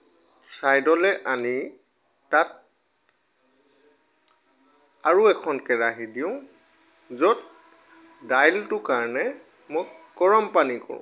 ছাইডলৈ আনি তাত আৰু এখন কেৰাহী দিওঁ য'ত দাইলটোৰ কাৰণে মই গৰম পানী কৰোঁ